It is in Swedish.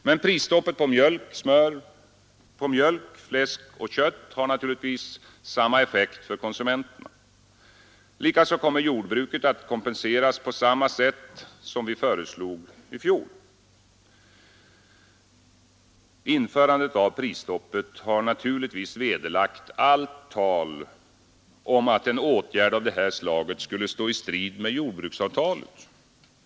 Men prisstoppet på mjölk, smör, fläsk och kött har naturligtvis samma effekt för konsumenterna. Likaså kommer jordbruket att kompenseras på samma sätt som vi föreslog i fjol. Införandet av prisstoppet har givetvis vederlagt allt tal om att en åtgärd av det här slaget skulle stå i strid med jordbruksavtalet.